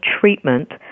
treatment